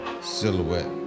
silhouette